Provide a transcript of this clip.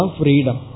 freedom